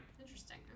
Interesting